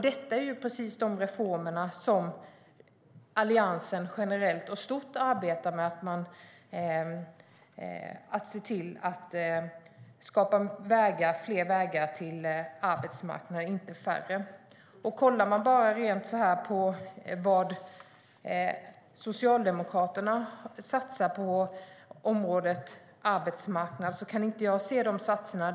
Detta är precis det som Alliansen arbetar med i stort, alltså att skapa fler vägar till arbetsmarknaden och inte färre. När jag kollar på vad Socialdemokraterna satsar på arbetsmarknadsområdet kan jag inte se några sådana satsningar.